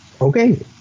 okay